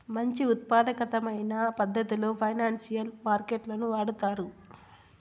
మంచి ఉత్పాదకమైన పద్ధతిలో ఫైనాన్సియల్ మార్కెట్ లను వాడుతారు